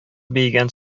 биегән